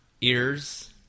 ears